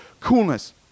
coolness